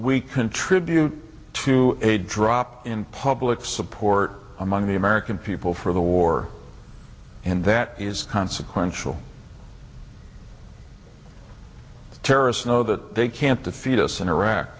we contribute to a drop in public support among the american people for the war and that is consequential terrorists know that they can't defeat us in iraq